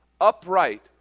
upright